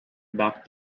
back